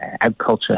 agriculture